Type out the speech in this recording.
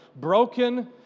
broken